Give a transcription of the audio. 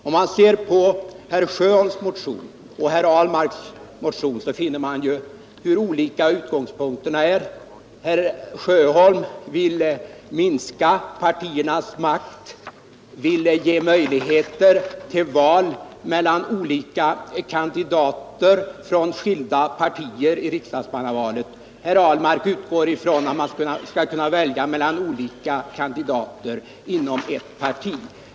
Om man läser herr Sjöholms och herr Ahlmarks motioner finner man hur olika utgångspunkterna är. Herr Sjöholm vill minska partiernas makt. Han vill ge möjligheter till val mellan olika kandidater från skilda partier i riksdagsmannavalet. Herr Ahlmark utgår från att man skall kunna välja mellan olika kandidater inom ett parti.